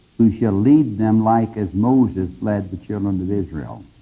who shall lead them like as moses led the children of israel.